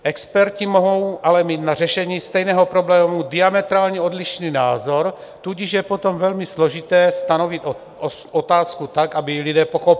Experti mohou mít ale na řešení stejného problému diametrálně odlišný názor, tudíž je potom velmi složité stanovit otázku tak, aby ji lidé pochopili.